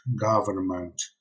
government